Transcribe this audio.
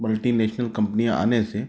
multinational कम्पनियां आने से